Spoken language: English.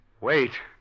Wait